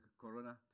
corona